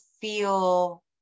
feel